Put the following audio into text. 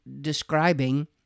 describing